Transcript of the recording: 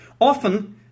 Often